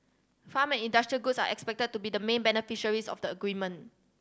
farm and industrial goods are expected to be the main beneficiaries of the agreement